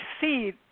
see